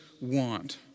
want